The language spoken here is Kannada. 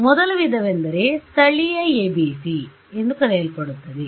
ಆದ್ದರಿಂದ ಮೊದಲ ವಿಧವೆಂದರೆ ಸ್ಥಳೀಯ ABC ಎಂದು ಕರೆಯಲ್ಪಡುತ್ತದೆ